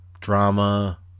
Drama